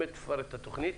שתפרט את התוכנית.